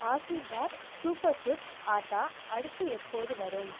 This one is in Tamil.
ஆஷிர்வாத் சூப்பர் ஃபுட்ஸ் ஆட்டா அடுத்து எப்போது வரும்